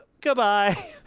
goodbye